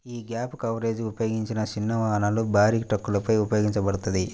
యీ gap coverage ఉపయోగించిన చిన్న వాహనాలు, భారీ ట్రక్కులపై ఉపయోగించబడతది